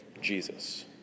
Jesus